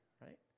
right